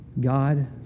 God